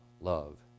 love